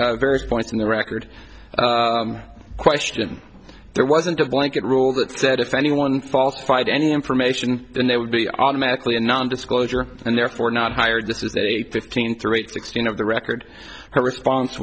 record various points in the record question there wasn't a blanket rule that said if anyone falsified any information then they would be automatically a non disclosure and therefore not hired this is a fifteen through eight sixteen of the record her response